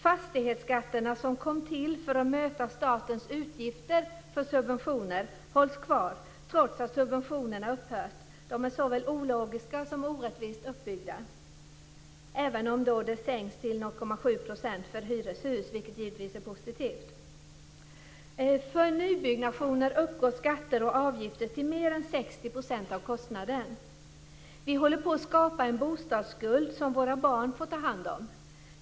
Fastighetsskatterna, som kom till för att möta statens utgifter för subventioner, hålls kvar, trots att subventionerna upphört. De är såväl ologiska som orättvist uppbyggda - även om de nu sänks till 0,7 % för hyreshus, vilket givetvis är positivt. För nybyggnationer uppgår skatter och avgifter till mer än 60 % av kostnaden. Vi håller på att skapa en bostadsskuld som våra barn får ta hand om.